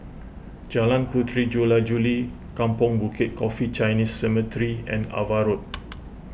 Jalan Puteri Jula Juli Kampong Bukit Coffee Chinese Cemetery and Ava Road